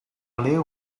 ler